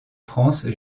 france